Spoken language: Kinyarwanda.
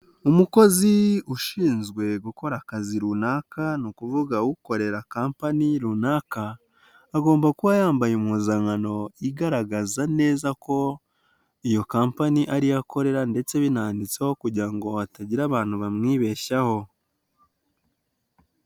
Umukozi ushinzwe gukora akazi runaka ni ukuvuga ukorera company runaka, agomba kuba yambaye impuzankano igaragaza neza ko iyo company ariyo akorera ndetse binanditseho kugira ngo hatagira abantu bamwibeshyaho.